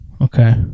Okay